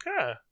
okay